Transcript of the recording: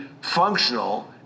functional